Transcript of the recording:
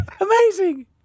Amazing